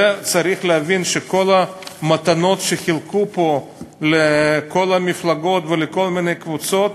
צריך להבין שכל המתנות שחילקו פה לכל המפלגות ולכל מיני קבוצות,